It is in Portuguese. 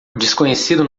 desconhecido